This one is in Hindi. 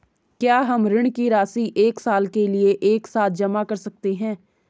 क्या हम ऋण की राशि एक साल के लिए एक साथ जमा कर सकते हैं?